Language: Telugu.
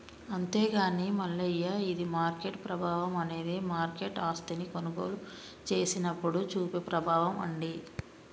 అంతేగాని మల్లయ్య ఇది మార్కెట్ ప్రభావం అనేది మార్కెట్ ఆస్తిని కొనుగోలు చేసినప్పుడు చూపే ప్రభావం అండి